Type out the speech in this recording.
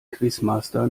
quizmaster